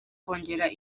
kongera